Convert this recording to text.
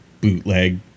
bootleg